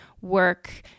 work